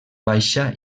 baixa